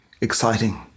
exciting